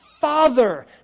father